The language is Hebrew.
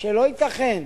שלא ייתכן,